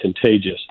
contagious